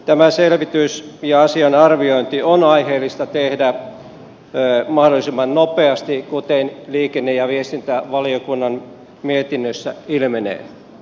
tämä selvitys ja asian arviointi on aiheellista tehdä mahdollisimman nopeasti kuten liikenne ja viestintävaliokunnan mietinnöstä ilmenee